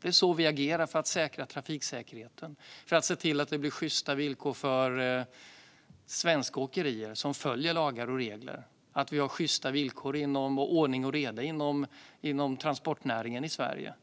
Det är så vi agerar för trafiksäkerheten, för att se till att det blir sjysta villkor för svenska åkerier som följer lagar och regler samt att det råder ordning och reda inom transportnäringen i Sverige.